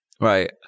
Right